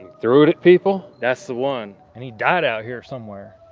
threw it at people? that's the one. and he died out here somewhere.